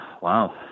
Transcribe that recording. wow